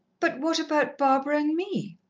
but what about barbara and me?